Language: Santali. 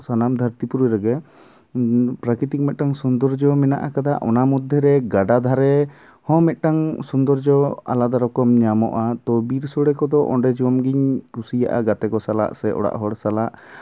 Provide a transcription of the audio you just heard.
ᱥᱟᱱᱟᱢ ᱫᱷᱟᱹᱨᱛᱤ ᱯᱩᱨᱤ ᱨᱮᱜᱮ ᱯᱨᱟᱠᱤᱛᱤᱠ ᱢᱤᱫᱴᱟᱝ ᱥᱳᱱᱫᱚᱨᱡᱚ ᱢᱮᱱᱟᱜ ᱠᱟᱫᱟ ᱚᱱᱟ ᱢᱚᱫᱽᱫᱷᱮ ᱨᱮ ᱜᱟᱰᱟ ᱫᱷᱟᱨᱮ ᱦᱚᱸ ᱢᱤᱫᱴᱟᱝ ᱥᱳᱱᱫᱳᱨᱡᱚ ᱟᱞᱟᱫᱟ ᱨᱚᱠᱚᱢ ᱧᱟᱢᱚᱜᱼᱟ ᱛᱚ ᱵᱤᱨ ᱥᱳᱲᱮ ᱠᱚᱫᱚ ᱚᱸᱰᱮ ᱡᱚᱢ ᱜᱤᱧ ᱠᱩᱥᱤᱭᱟᱜᱼᱟ ᱜᱟᱛᱮ ᱠᱚ ᱥᱟᱞᱟᱜ ᱥᱮ ᱚᱲᱟᱜ ᱦᱚᱲ ᱥᱟᱞᱟᱜ